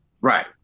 Right